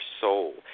soul